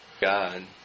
God